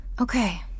Okay